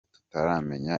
tutaramenya